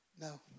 No